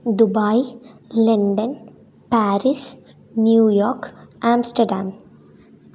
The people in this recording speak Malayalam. Dubai London Paris New York Amsterdam